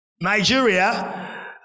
Nigeria